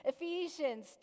ephesians